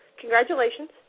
Congratulations